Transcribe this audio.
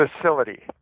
facility